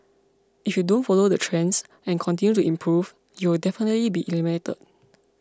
if you don't follow the trends and continue to improve you'll definitely be eliminated